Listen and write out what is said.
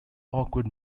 awkward